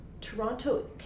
Toronto